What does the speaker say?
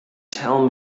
tell